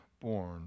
born